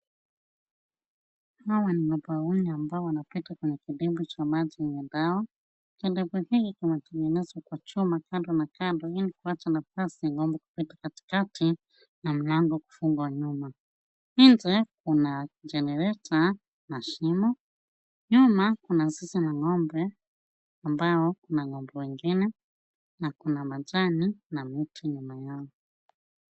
Hawa ni ng'ombe amabao wanatoka kwenye kijidimbwi chenye dawa. Kidimbwi hiki kimetengenezwa na chuma ili kuwacha nafasi ya ng'ombe kupita katikati na mlango kufungwa nyuma. Kuna jenereta ya shimo. Nyuma kuna zizi la ng'ombe, ambao una ng'ombe wengine. Kuna majani na mti mrefu.